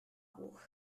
buch